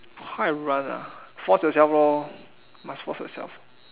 how I run ah force yourself lor must force yourself